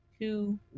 two